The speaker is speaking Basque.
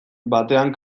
batean